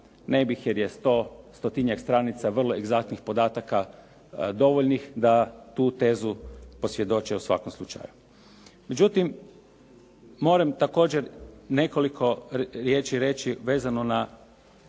ne bih jer je stotinjak stranica vrlo egzaktnih podataka dovoljnih da tu tezu posvjedoče o svakom slučaju. Međutim, moram također nekoliko riječi reći vezano na